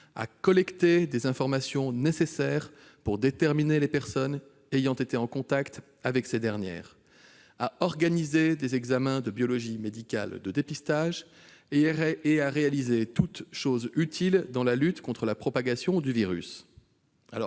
à collecter des informations nécessaires pour déterminer les personnes ayant été en contact avec ces dernières, à organiser des examens de biologie médicale de dépistage et à réaliser toutes choses utiles dans la lutte contre la propagation du virus.